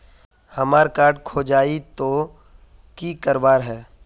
हमार कार्ड खोजेई तो की करवार है?